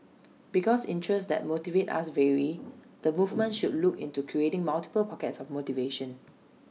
because interests that motivate us vary the movement should look into creating multiple pockets of motivation